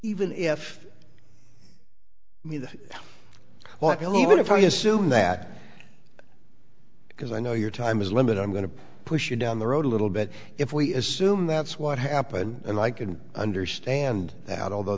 even if what you believe in if i assume that because i know your time is limited i'm going to push you down the road a little bit if we assume that's what happened and i can understand that although